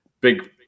big